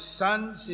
sons